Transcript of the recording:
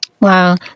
wow